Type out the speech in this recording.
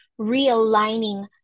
realigning